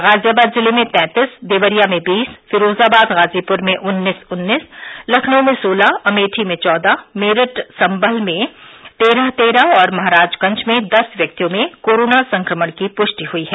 गाजियाबाद जिले में तैंतीस देवरिया में बीस फिरोजाबाद गाजीपुर में उन्नीस उन्नीस लखनऊ में सोलह अमेठी में चौदह मेरठ संमल में तेरह तेरह और महराजगंज में दस व्यक्तियों में कोरोना संक्रमण की पुष्टि हुयी है